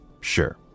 sure